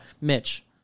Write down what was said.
Mitch